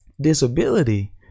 disability